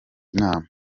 nama